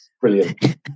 brilliant